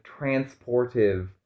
transportive